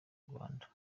rwanda